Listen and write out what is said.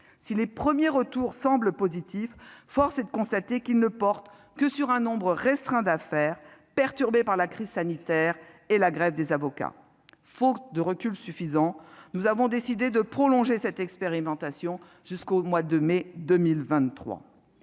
Si les premiers retours semblent positifs, force est de constater qu'ils ne portent que sur un nombre restreint d'affaires, perturbées par la crise sanitaire et la grève des avocats. Faute de recul suffisant, nous avons décidé de prolonger cette expérimentation jusqu'au mois de mai 2023.